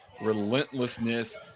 relentlessness